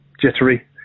Jittery